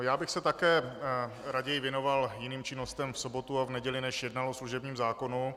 Já bych se také raději věnoval jiným činnostem v sobotu a v neděli, než jednal o služebním zákonu.